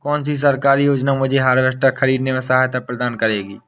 कौन सी सरकारी योजना मुझे हार्वेस्टर ख़रीदने में सहायता प्रदान करेगी?